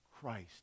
Christ